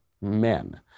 men